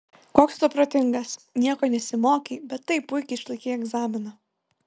koks tu protingas nieko nesimokei bet taip puikiai išlaikei egzaminą